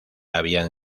habían